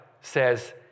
says